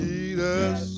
Jesus